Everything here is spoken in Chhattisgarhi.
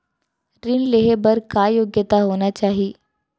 ऋण लेहे बर का योग्यता होना चाही?